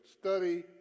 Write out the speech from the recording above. Study